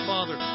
Father